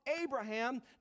Abraham